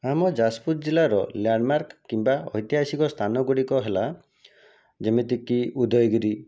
ଆମ ଯାଜପୁର ଜିଲ୍ଲାର ଲ୍ୟାଣ୍ଡମାର୍କ କିମ୍ବା ଐତିହାସିକ ସ୍ଥାନଗୁଡ଼ିକ ହେଲା ଯେମିତିକି ଉଦୟଗିରି